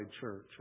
church